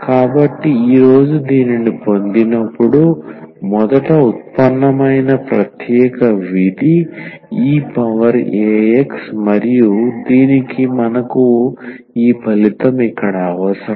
కాబట్టి ఈ రోజు దీనిని పొందినప్పుడు మొదట ఉత్పన్నమైన ప్రత్యేక విధి e పవర్ a x మరియు దీనికి మనకు ఈ ఫలితం ఇక్కడ అవసరం